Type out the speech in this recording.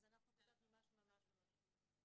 אז אנחנו כתבנו משהו ממש קצר.